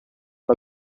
pas